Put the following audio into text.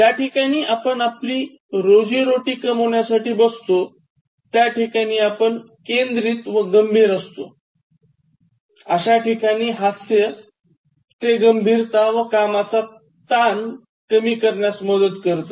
ज्याठिकाणी आपण आपली रोजी रोटी कमविण्यासाठी बसतो त्याठिकाणी आपण केंद्रित व गंभीर असतो अश्या ठिकाणी हास्य ते गंभीरता व कामाचा ताण कमी करण्यास मदत करत